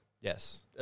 Yes